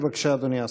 בבקשה, אדוני השר.